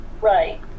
Right